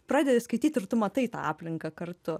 pradedi skaityt ir tu matai tą aplinką kartu